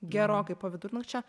gerokai po vidurnakčio